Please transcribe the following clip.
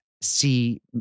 see